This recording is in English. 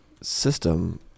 system